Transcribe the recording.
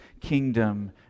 kingdom